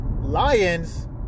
Lions